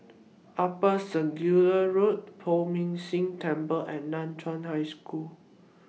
Upper Circular Road Poh Ming Tse Temple and NAN Chiau High School